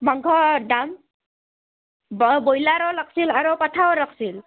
মাংসৰ দাম ব ব্ৰইলাৰো লাগছিল আৰু পঠাও লাগছিল